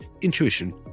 intuition